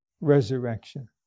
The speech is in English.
resurrection